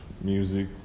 music